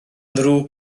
ddrwg